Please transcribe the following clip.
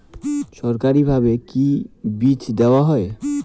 সরকারিভাবে কি বীজ দেওয়া হয়?